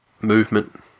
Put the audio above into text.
movement